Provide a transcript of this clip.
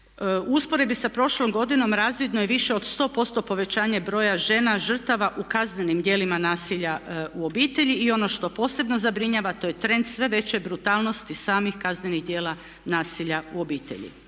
U usporedbi sa prošlom godinom razvidno je više od 100% povećanje broja žena žrtava u kaznenim djelima nasilja u obitelji i ono što posebno zabrinjava to je trend što veće brutalnosti samih kaznenih djela nasilja u obitelji.